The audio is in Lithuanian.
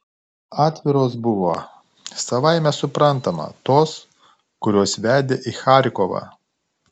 atviros buvo savaime suprantama tos kurios vedė į charkovą